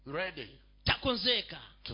ready